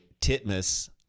Titmus